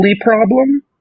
problem